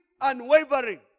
unwavering